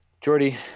Jordy